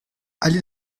allée